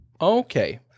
Okay